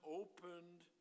opened